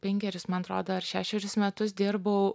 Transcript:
penkerius man atrodo ar šešerius metus dirbau